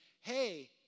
Hey